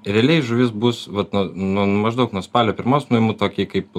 realiai žuvis bus vat nu nu maždaug nuo spalio pirmos nu imu tokį kaip